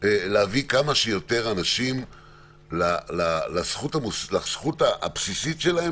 להביא כמה שיותר אנשים לזכות הבסיסית שלהם